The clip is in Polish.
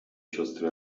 siostry